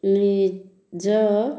ନିଜ